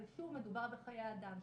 ושוב, מדובר בחיי אדם.